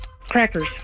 Crackers